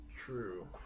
True